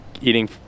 eating